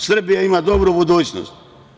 Srbija ima dobru budućnost.